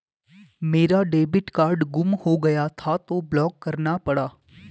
मेरा debit card गुम हो गया था तो ब्लॉक करना पड़ा